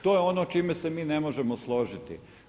To je ono čime se mi ne možemo složiti.